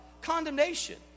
condemnation